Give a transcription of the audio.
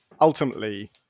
ultimately